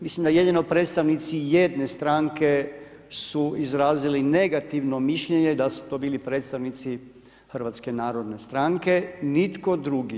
Mislim da jedino predstavnici jedne stranke su izrazili negativno mišljenje, da su to bili predstavnici HNS-a, nitko drugi.